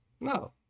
No